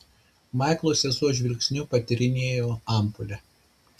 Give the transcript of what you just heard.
maiklo sesuo žvilgsniu patyrinėjo ampulę